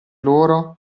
loro